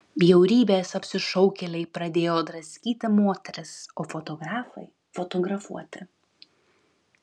bjaurybės apsišaukėliai pradėjo draskyti moteris o fotografai fotografuoti